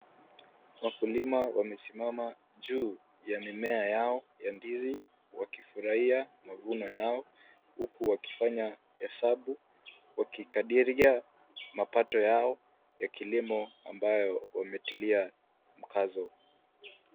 Wakulima wamesimama juu ya mimea yao ya ndizi wakifurahia mavuno yao huku wakifanya hesabu wakikadiria mapato yao ya kilimo ambayo wametilia mkazo.